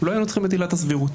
לא היינו צריכים את עילת הסבירות.